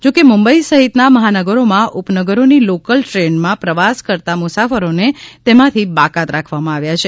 જોકે મુંબઈ સહિતના મહાનગરોમાં ઉપનગરોની લોકલ ટ્રેનમાં પ્રવાસ કરતાં મુસાફરોને એમાંથી બાકાત રાખવામાં આવ્યા છે